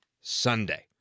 Sunday